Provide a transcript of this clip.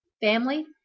family